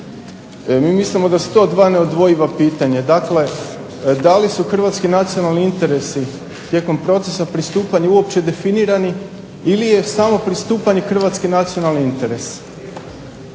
MI mislimo da su to dva neodvojiva pitanja, dakle, da li su Hrvatski nacionalni interesi tijekom procesa pristupanja uopće definirani ili je samo pristupanje Hrvatske nacionalnih interes.